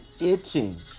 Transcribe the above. itching